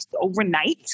overnight